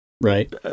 right